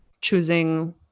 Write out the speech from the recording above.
choosing